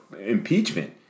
impeachment